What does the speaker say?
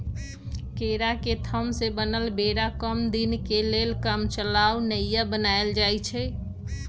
केरा के थम से बनल बेरा कम दीनके लेल कामचलाउ नइया बनाएल जाइछइ